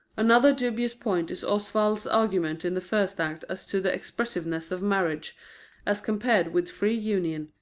another dubious point is oswald's argument in the first act as to the expensiveness of marriage as compared with free union.